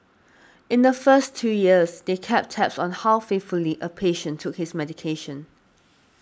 in the first two years they kept tabs on how faithfully a patient took his medication